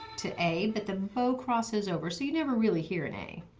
to a, but the bow crosses over, so you never really hear an a.